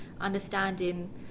understanding